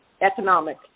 economic